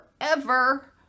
forever